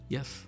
Yes